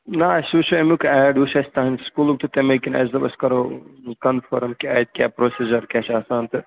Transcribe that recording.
نہ اَسہِ وُچھ اَمیُک ایڈ وُچھ اَسہِ تُہٕنٛدِ سکوٗلُک تہٕ تَمے کِنۍ اَسہِ دوٚپ أسۍ کَرو کَنفرٕم کہِ اَتہِ کیٛاہ پرٛوسیٖجَر کیٛاہ چھُ آسان تہٕ